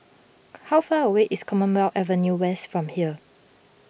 how far away is Commonwealth Avenue West from here